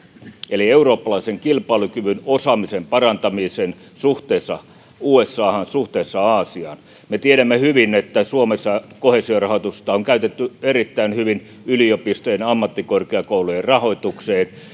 eli eurooppalaisen kilpailukyvyn osaamisen parantamiseen suhteessa usahan suhteessa aasiaan me tiedämme hyvin että suomessa koheesiorahoitusta on käytetty erittäin hyvin yliopistojen ja ammattikorkeakoulujen rahoitukseen